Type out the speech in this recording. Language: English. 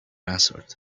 answered